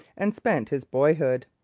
and spent his boyhood.